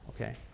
okay